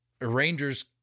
Rangers